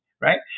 right